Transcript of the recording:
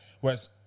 Whereas